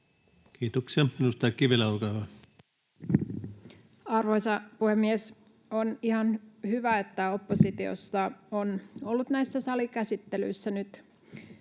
laeiksi Time: 20:25 Content: Arvoisa puhemies! On ihan hyvä, että oppositio on ollut näissä salikäsittelyissä nyt